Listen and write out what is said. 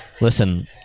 Listen